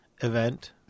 event